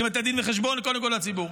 צריכים לתת דין וחשבון קודם כול לציבור.